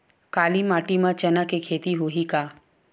काली माटी म चना के खेती होही का?